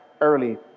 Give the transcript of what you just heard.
early